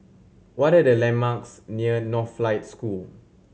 what are the landmarks near Northlight School